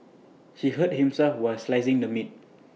he hurt himself while slicing the meat